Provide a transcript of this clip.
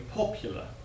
popular